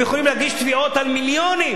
הם יכולים להגיש תביעות על מיליונים,